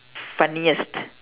funniest